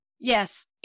Yes